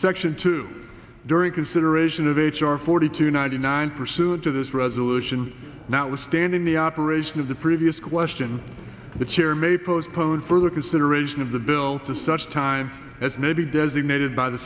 section two during consideration of h r forty two ninety nine pursued to this resolution notwithstanding the operation of the previous question the chair may postpone further consideration of the bill to such time as may be designated by the